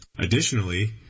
Additionally